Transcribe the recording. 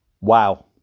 Wow